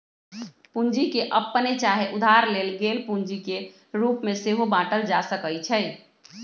पूंजी के अप्पने चाहे उधार लेल गेल पूंजी के रूप में सेहो बाटल जा सकइ छइ